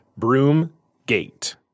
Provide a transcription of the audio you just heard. Broomgate